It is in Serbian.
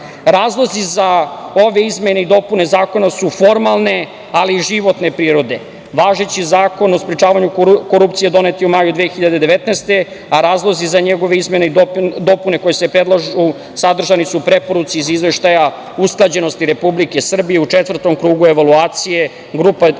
građana. Razlozi za ove izmene i dopune zakona su formalne, ali i životne prirode. Važeći Zakon o sprečavanju korupcije donet je u maju 2019. godine, a razlozi za njegove izmene i dopune koje se predlažu sadržani su u preporuci iz Izveštaja usklađenosti Republike Srbije u Četvrtom krugu evaluacije grupe država